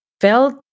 felt